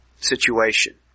situation